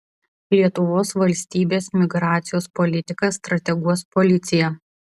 lietuvos valstybės migracijos politiką strateguos policija